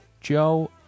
Joe